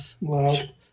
loud